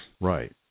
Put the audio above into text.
Right